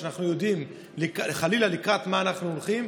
כשאנחנו יודעים חלילה לקראת מה אנחנו הולכים,